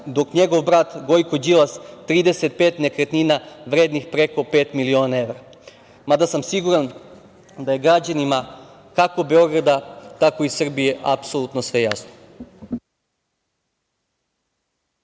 dok njegov brat Gojko Đilas ima 35 nekretnina vrednih preko pet miliona evra, mada sam siguran da je građanima, kako Beograda, tako i Srbije apsolutno sve jasno.